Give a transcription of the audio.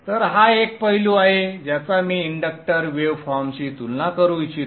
तर हा एक पैलू आहे ज्याचा मी इंडक्टर वेव फॉर्मशी तुलना करू इच्छितो